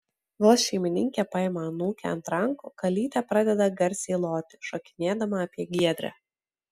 vos šeimininkė paima anūkę ant rankų kalytė pradeda garsiai loti šokinėdama apie giedrę